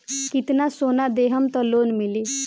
कितना सोना देहम त लोन मिली?